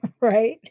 right